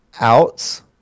outs